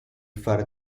far